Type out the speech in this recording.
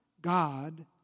God